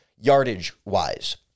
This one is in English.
yardage-wise